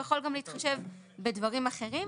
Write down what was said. הוא יכול גם להתחשב בדברים אחרים,